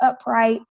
upright